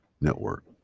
Network